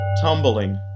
tumbling